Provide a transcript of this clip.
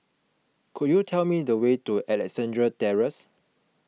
could you tell me the way to Alexandra Terrace